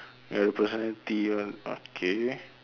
ya the personality ah okay